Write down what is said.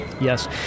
Yes